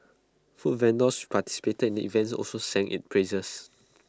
food vendors participated in the event also sang its praises